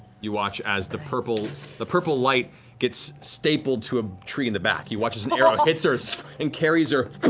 you watch as the purple the purple light gets stapled to a tree in the back. you watch as the arrow hits her and carries her